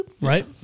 right